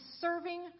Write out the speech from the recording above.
serving